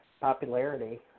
popularity